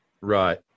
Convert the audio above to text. Right